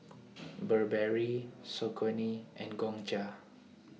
Burberry Saucony and Gongcha